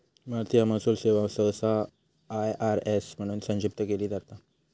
भारतीय महसूल सेवा सहसा आय.आर.एस म्हणून संक्षिप्त केली जाता